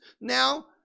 now